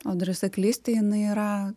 o drąsa klysti jinai yra